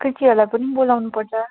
फुच्चीहरूलाई पनि बोलाउनु पर्छ